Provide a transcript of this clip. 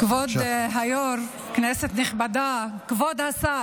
כבוד היו"ר, כנסת נכבדה, כבוד השר,